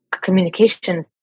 communication